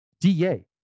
DA